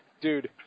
Dude